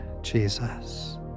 Jesus